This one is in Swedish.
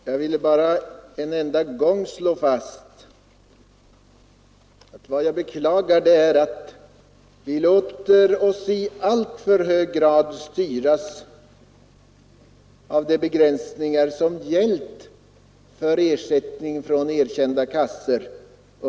Herr talman! Vad jag vill slå fast är bara att vi i alltför hög grad låter oss styras av de begränsningar som under de gångna åren gällt för ersättning från erkända kassor.